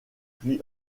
puis